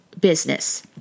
business